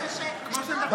כמו שבחרו בך, בחרו בי.